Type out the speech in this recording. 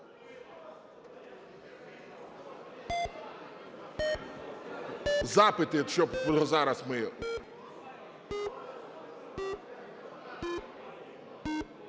Запити, щоб зараз ми...